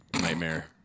nightmare